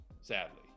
sadly